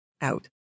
out